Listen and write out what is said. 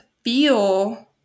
feel